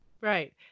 Right